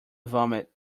vomit